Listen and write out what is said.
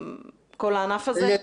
כל הענף הזה?